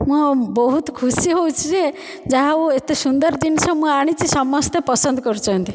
ମୁଁ ବହୁତ ଖୁସି ହେଉଛି ଯେ ଯାହା ହୋଉ ଏତେ ସୁନ୍ଦର ଜିନିଷ ମୁଁ ଆଣିଛି ସମସ୍ତେ ପସନ୍ଦ କରୁଛନ୍ତି